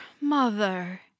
mother